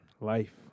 life